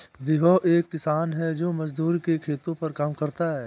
विभव एक किसान है जो दूसरों के खेतो पर काम करता है